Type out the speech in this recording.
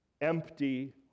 empty